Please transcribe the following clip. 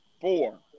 four